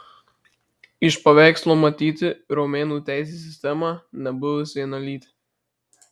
iš paveikslo matyti romėnų teisės sistemą nebuvus vienalytę